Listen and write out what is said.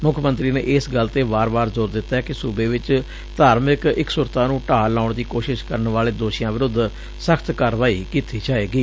ਮੁੱਖ ਮੰਤਰੀ ਨੇ ਇਸ ਗੱਲ ਤੇ ਵਾਰ ਵਾਰ ਜ਼ੋਰ ਦਿੱਤੈ ਕਿ ਸੁਬੇ ਵਿੱਚ ਧਾਰਮਿਕ ਇਕਸੁਰਤਾ ਨੇ ਢਾਹ ਲਾਉਣ ਦੀ ਕੋਸ਼ਿਸ਼ ਕਰਨ ਵਾਲੇ ਦੋਸ਼ੀਆਂ ਵਿਰੁੱਧ ਸਖ਼ਤ ਕਾਰਵਾਈ ਕੀਤੀ ਜਾਵੇਗੀ